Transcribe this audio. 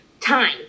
time